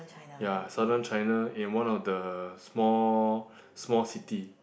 ya Southern China in one of the small small city